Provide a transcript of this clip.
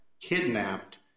kidnapped